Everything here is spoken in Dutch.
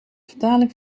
vertaling